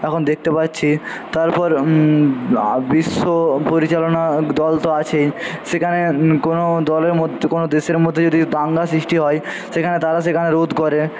এখন দেখতে পারছি তারপর বিশ্ব পরিচালনা দল তো আছেই সেখানে কোনো দলের মধ্যে কোনো দেশের মধ্যে যদি দাঙ্গা সৃষ্টি হয় সেখানে তারা সেখানে রোধ করে